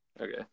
Okay